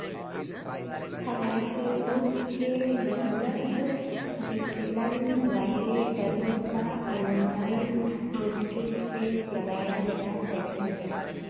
हालाँकि उच्च मानक विचलन वाले दलों का अनुमान मुश्किल से लगाया जा सकेगा